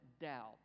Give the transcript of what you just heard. doubt